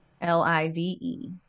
L-I-V-E